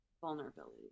vulnerability